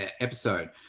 episode